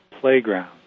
playground